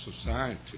society